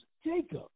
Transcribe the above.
Jacob